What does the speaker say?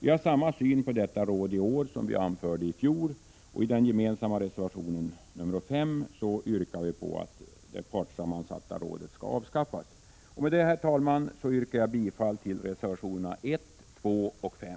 Vi har samma syn på detta råd i år som vi anförde i fjol, och i den gemensamma reservationen 5 yrkar vi på att det partssammansatta rådet skall avskaffas. Med det, herr talman, yrkar jag bifall till reservationerna 1, 2 och 5.